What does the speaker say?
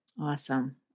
Awesome